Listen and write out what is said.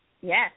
Yes